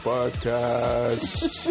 Podcast